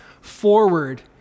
forward